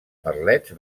merlets